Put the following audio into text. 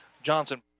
Johnson